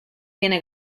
tiene